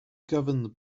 governed